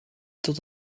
tot